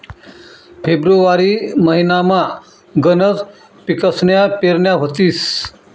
February महिनामा गनच पिकसन्या पेरण्या व्हतीस